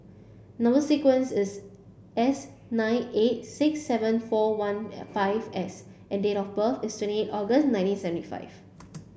number sequence is S nine eight six seven four one five S and date of birth is twenty August nineteen seventy five